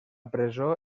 presó